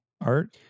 Art